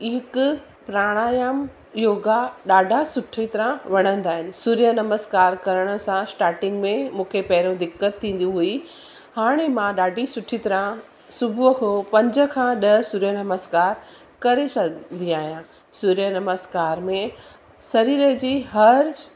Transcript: ई हिकु प्राणायाम योगा ॾाढा सुठी तरह वणंदा आहिनि सूर्यनमस्कार करण सां स्टार्टिंग में मूंखे पहिरियों दिक़त थींदियूं हुई हाणे मां ॾाढी सुठी तरह सुबुह खां पंज खां ॾह सूर्यनमस्कार करे सघंदी आहियां सूर्यनमस्कार में शरीर जी हर